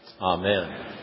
Amen